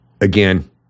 Again